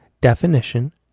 definition